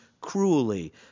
cruelly